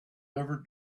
never